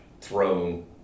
thrown